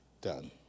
done